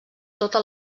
tota